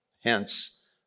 Hence